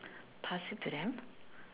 pass it to them